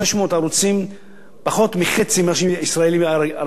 פחות מחצי ממה שהישראלי הרגיל משלם.